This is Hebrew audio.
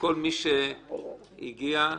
מי שהגיע,